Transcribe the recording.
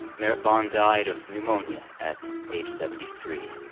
merritt bohn died of pneumonia at age seventy three.